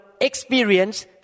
experience